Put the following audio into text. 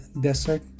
desert